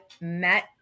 met